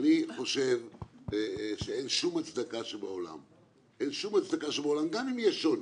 אני חושב שאין שום הצדקה שבעולם, גם אם יש שוני,